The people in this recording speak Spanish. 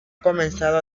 comenzado